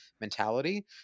mentality